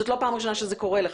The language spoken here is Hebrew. קורה לך.